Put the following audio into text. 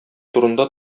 турында